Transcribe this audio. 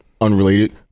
Unrelated